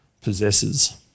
possesses